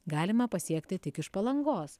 galima pasiekti tik iš palangos